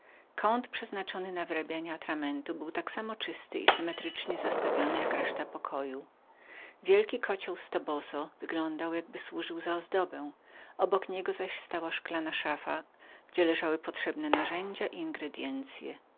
kąt przeznaczony na wyrabianie atramentu był tak czysty i symetrycznie zastawiony jak reszta pokoju wielki kocioł z toboso wyglądał nakształt ozdoby obok niego zaś stała szklanna szafa gdzie leżały potrzebne narzędzia